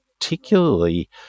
particularly